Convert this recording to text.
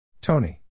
Tony